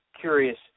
curious